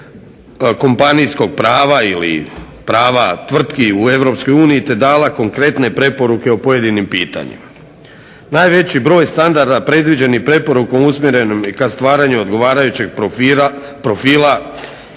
kompanijskog prava ili prava tvrtki u Europskoj uniji te dala konkretne preporuke o pojedinim pitanjima. Najveći broj standarda predviđenih preporukom usmjereno je ka stvaranju odgovarajućeg profila